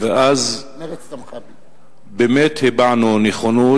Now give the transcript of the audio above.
אז באמת הבענו נכונות,